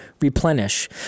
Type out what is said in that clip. replenish